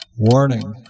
Warning